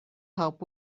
help